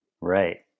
Right